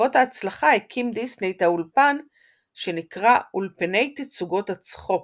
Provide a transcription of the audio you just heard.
ובעקבות ההצלחה הקים דיסני את האולפן שנקרא "אולפני תצוגות הצחוק"